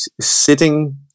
sitting